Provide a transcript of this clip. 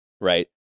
right